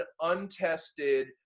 untested